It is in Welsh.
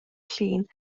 llun